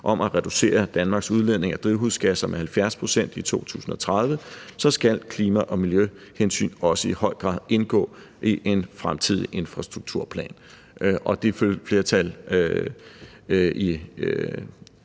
om at reducere Danmarks udledning af drivhusgasser med 70 pct. i 2030, skal klima- og miljøhensyn også i høj grad indgå i en fremtidig infrastrukturplan, og det flertal i